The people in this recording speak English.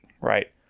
Right